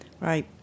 Right